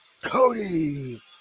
Cody